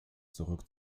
zurück